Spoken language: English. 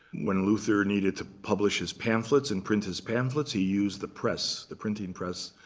when luther needed to publish his pamphlets and print his pamphlets, he used the press, the printing press,